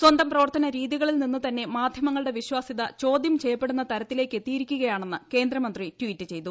സ്വന്തം പ്രവർത്തന രീതികളിൽ നിന്ന് തന്നെ മാധ്യമങ്ങളുടെ വിശ്വസ്യത ചോദ്യം ചെയ്യപ്പെടുന്ന തരത്തിലേക്ക് എത്തിയിരിക്കുകയാണെന്ന് കേന്ദ്രമന്ത്രി ടിറ്റ് ചെയ്തു